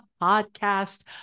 podcast